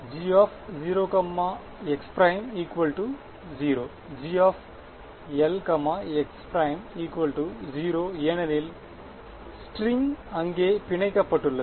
G0 x′ 0 Gl x' 0 ஏனெனில் string அங்கே பிணைக்கப்பட்டுள்ளது